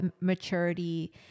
maturity